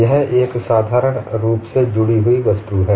यह एक साधारण रूप से जुड़ी हुई वस्तु है